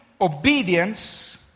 obedience